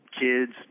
kids